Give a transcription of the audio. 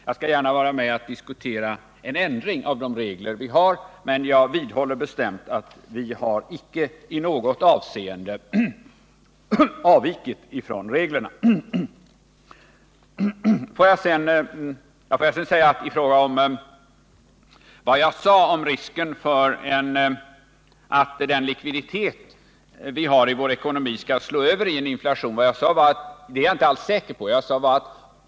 Jag skall gärna vara med om att diskutera en ändring av de regler vi har, men jag vidhåller bestämt att vi har icke i något avseende avvikit från reglerna. Jag sade inte att det finns risk för att den likviditet vi har i vår ekonomi skall slå över i en inflation. Jag sade att jag inte alls är säker på detta.